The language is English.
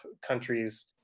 countries